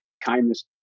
kindness